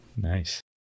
Nice